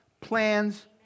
plans